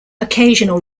occasional